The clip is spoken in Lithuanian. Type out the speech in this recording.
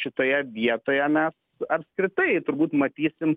šitoje vietoje mes apskritai turbūt matysim